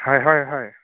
হয় হয় হয়